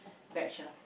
batch ah